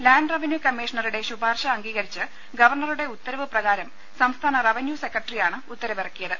land revenue കമ്മീഷണറുടെ ശുപാർശ അംഗീകരിച്ച് ഗവർണറുടെ ഉത്തരവ് പ്രകാരം സംസ്ഥാന റവന്യൂ സെക്രട്ടറിയാണ് ഉത്തരവിറക്കിയത്